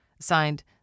Signed